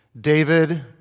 David